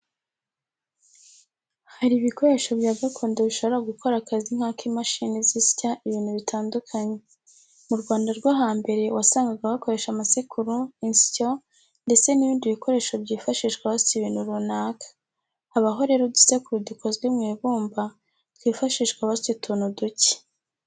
Hari ibikoresho bya gakondo bishobora gukora akazi nk'ak'imashini zisya ibintu bitandukanye. Mu Rwanda rwo hambere wasangaga bakoresha amasekuru, insyo ndetse n'ibindi bikoresho byifashishwa basya ibintu runaka. Habaho rero udusekuru dukozwe mu ibumba twifashishwa basya utuntu duke.